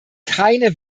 keine